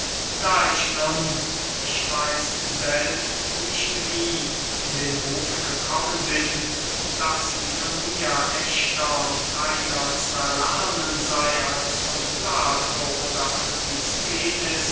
da ich nun ich weiß selbst nicht wie in den ruf gekommen bin daß sie von mir ächter und reiner zu erlernen sey als von plato oder